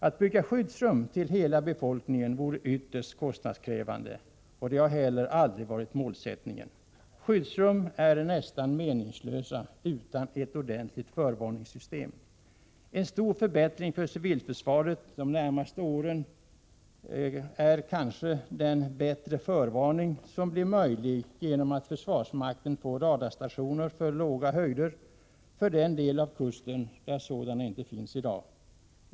Att bygga skyddsrum till hela befolkningen vore ytterst kostnadskrävande, och det har heller aldrig varit målsättningen. Skyddsrum är nästan meningslösa utan ett ordentligt förvarningssystem. En stor förbättring för civilförsvaret de närmaste åren är kanske den bättre förvarning som blir möjlig genom att försvarsmakten får radarstationer för låga höjder för den del av kusten där sådana inte finns i dag.